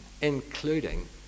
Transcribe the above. including